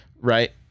right